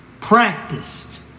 practiced